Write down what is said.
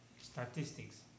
statistics